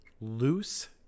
Loose